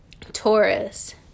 Taurus